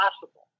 possible